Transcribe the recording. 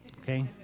Okay